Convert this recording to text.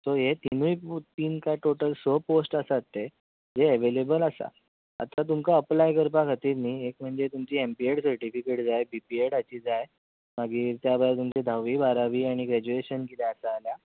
so हे तिनूय पो तीन काय टोटल स पोस्ट आसात ते जे एवेलेबल आसा आतां तुमकां अप्लाय करपा खातीर न्हय एक म्हणजे तुमची एम पी एड सटिफिकेट जाय बी पी एड ची जाय मागीर त्या भायर तुमची धावी बारावी आनी ग्रॅजुएशन कितें आसा जाल्यार